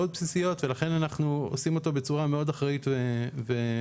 מאוד בסיסיות ולכן אנחנו עושים אותו בצורה מאוד אחראית ושקולה.